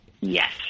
Yes